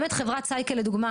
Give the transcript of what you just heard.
באמת חברת סייקל לדוגמה,